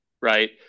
Right